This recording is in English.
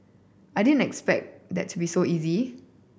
I didn't expect that to be so easy